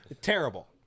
terrible